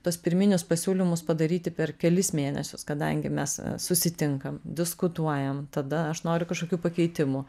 tuos pirminius pasiūlymus padaryti per kelis mėnesius kadangi mes susitinkam diskutuojam tada aš noriu kažkokių pakeitimų